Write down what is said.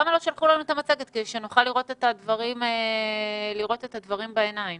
למה לא שלחו לנו את המצגת כדי שנוכל לראות את הדברים בעיניים?